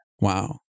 Wow